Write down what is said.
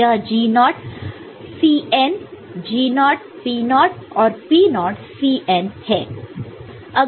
यह G0 naught naught Cn G0 naught naught P0 naught naught और P0 naught naught Cn है